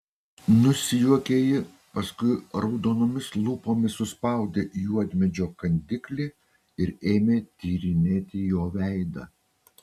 nusijuokė ji paskui raudonomis lūpomis suspaudė juodmedžio kandiklį ir ėmė tyrinėti jo veidą